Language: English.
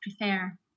prefer